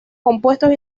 compuestos